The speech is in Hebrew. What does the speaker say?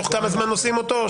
תוך כמה זמן עושים אותו?